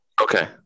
Okay